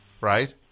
Right